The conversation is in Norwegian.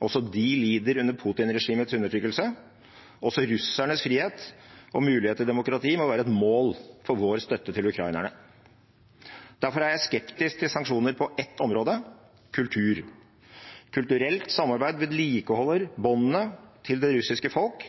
Også de lider under Putin-regimets undertrykkelse. Også russernes frihet og mulighet til demokrati må være et mål for vår støtte til ukrainerne. Derfor er jeg skeptisk til sanksjoner på ett område: kultur. Kulturelt samarbeid vedlikeholder båndene til det russiske folk